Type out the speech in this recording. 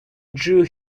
drew